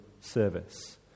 service